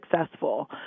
successful